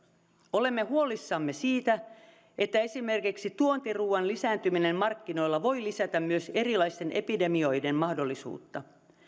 olemme huolissamme siitä että esimerkiksi tuontiruuan lisääntyminen markkinoilla voi lisätä myös erilaisten epidemioiden mahdollisuutta